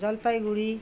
Jalpaiguri